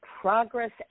progress